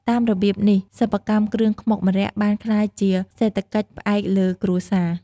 តាមរបៀបនេះ សិប្បកម្មគ្រឿងខ្មុកម្រ័ក្សណ៍បានក្លាយជាសេដ្ឋកិច្ចផ្អែកលើគ្រួសារ។